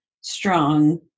strong